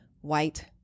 white